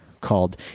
called